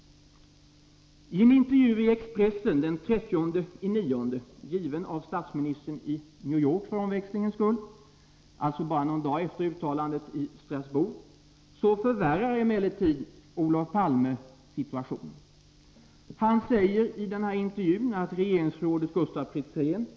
I en intervju i Expressen den 30 september, för omväxlingens skull given i New York, bara några dagar efter uttalandet i Strasbourg, förvärrade emellertid Olof Palme situationen. Jag citerar nu; Expressen kanske har återgivit herr Palme fel.